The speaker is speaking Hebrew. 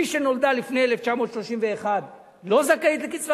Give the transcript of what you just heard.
מי שנולדה לפני 1931 לא זכאית לקצבת